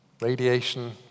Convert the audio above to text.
radiation